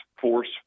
force